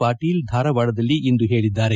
ಪಾಟೀಲ್ ಧಾರವಾಡದಲ್ಲಿಂದು ಹೇಳಿದ್ದಾರೆ